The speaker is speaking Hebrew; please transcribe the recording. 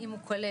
האם הוא כולל,